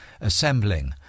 assembling